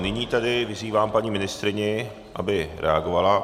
Nyní tedy vyzývám paní ministryni, aby reagovala.